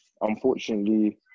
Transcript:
unfortunately